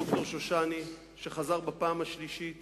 ד"ר שושני, שחזר בפעם השלישית